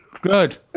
good